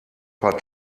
paar